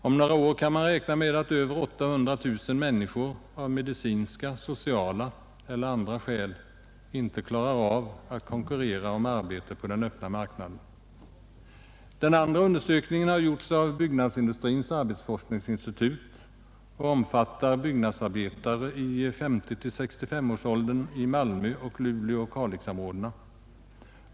Om några år kan man räkna med att över 800 000 människor av medicinska, sociala eller andra skäl inte klarar av att konkurrera om arbete på den öppna marknaden. Den andra undersökningen har gjorts av Byggnadsindustrins arbetsforskningsinstitut och omfattar byggnadsarbetare i 50—65 års ålder i Malmöoch Luleå/Kalixområdena.